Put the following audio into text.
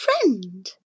friend